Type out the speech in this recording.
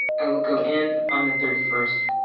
i will go in on the thirty first.